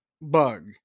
bug